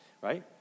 right